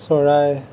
চৰাই